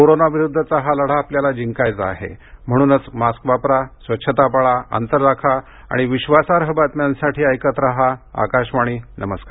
corona विरुद्धचा हा लढा आपल्याला जिंकायचा आहे म्हणूनच मास्क वापरा स्वच्छता पाळा अंतर राखा आणि विश्वासार्ह बातम्यांसाठी ऐकत रहा आकाशवाणी नमस्कार